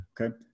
Okay